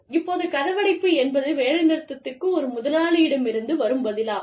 இப்போது கதவடைப்பு என்பது வேலைநிறுத்தத்திற்கு ஒரு முதலாளியிடமிருந்து வரும் பதிலாகும்